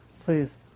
please